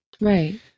Right